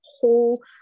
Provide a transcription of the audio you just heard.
whole